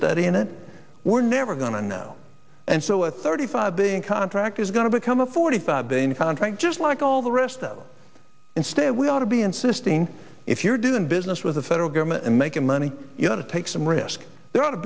study in it we're never going to know and so a thirty five being contract is going to become a forty five billion contract just like all the rest so instead we ought to be insisting if you're doing business with the federal government and making money you have to take some risk there ought to